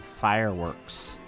fireworks